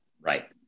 Right